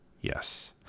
Yes